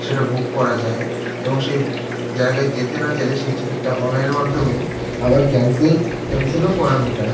সেটা বুক করা যায় এবং সেই জায়গায় যেতে না চাইলে সেই টিকিটটা অনলাইনের মাধ্যমেই আবার ক্যান্সেল ক্যান্সেলও করানো যায়